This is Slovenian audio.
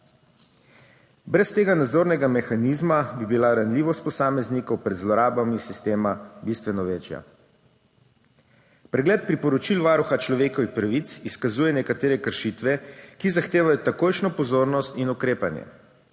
Brez tega nadzornega mehanizma bi bila ranljivost posameznikov pred zlorabami sistema bistveno večja. Pregled priporočil Varuha človekovih pravic izkazuje nekatere kršitve, ki zahtevajo takojšnjo pozornost in ukrepanje,